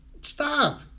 stop